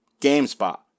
GameSpot